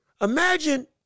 imagine